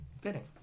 Fitting